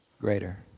greater